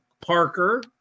Parker